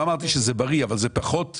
לא אמרתי שזה בריא, אבל זה פחות מעיק,